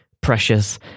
precious